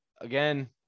again